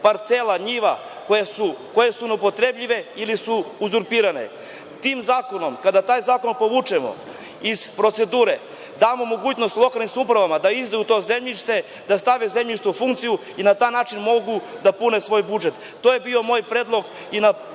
parcela, njiva, koje su neupotrebljive ili su uzurpirane. Tim zakonom, kada taj zakon povučemo iz procedure, damo mogućnost lokalnim samoupravama da izdaju to zemljište, da stave zemljište u funkciju i na taj način mogu da pune svoj budžet. To je bio moj predlog i na